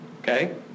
okay